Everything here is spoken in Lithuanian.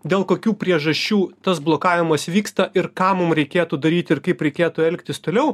dėl kokių priežasčių tas blokavimas vyksta ir ką mum reikėtų daryti ir kaip reikėtų elgtis toliau